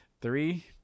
Three